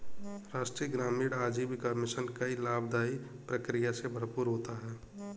राष्ट्रीय ग्रामीण आजीविका मिशन कई लाभदाई प्रक्रिया से भरपूर होता है